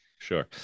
Sure